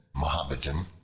mohammedan,